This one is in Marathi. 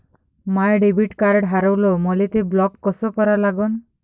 माय डेबिट कार्ड हारवलं, मले ते ब्लॉक कस करा लागन?